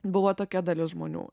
buvo tokia dalis žmonių